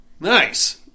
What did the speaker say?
Nice